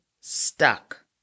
stuck